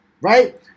Right